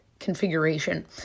configuration